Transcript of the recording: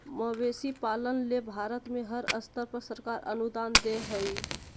मवेशी पालन ले भारत में हर स्तर पर सरकार अनुदान दे हई